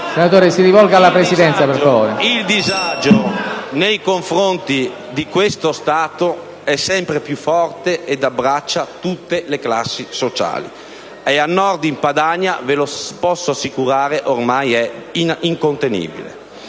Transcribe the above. Il disagio nei confronti di questo Stato è sempre più forte e abbraccia tutte le classi sociali. Al Nord, in Padania - ve lo posso assicurare - ormai è incontenibile.